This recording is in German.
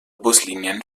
buslinien